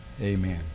Amen